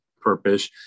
purpose